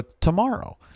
tomorrow